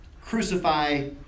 crucify